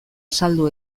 saldu